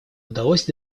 удалось